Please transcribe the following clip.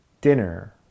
dinner